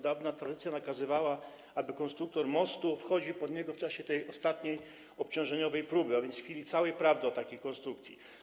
Dawna tradycja nakazywała, aby konstruktor mostu wchodził pod niego w czasie tej ostatniej próby obciążeniowej, a więc w chwili całej prawdy o takiej konstrukcji.